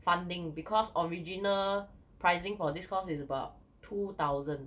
funding because original pricing for this course is about two thousand